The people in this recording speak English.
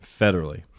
federally